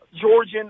georgian